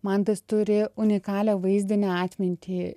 mantas turi unikalią vaizdinę atmintį